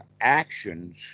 Actions